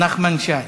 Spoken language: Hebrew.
נחמן שי,